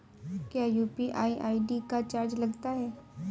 क्या UPI ID का charge लगता है?